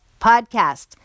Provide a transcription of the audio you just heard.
Podcast